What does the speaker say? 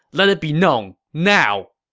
let it be known, now!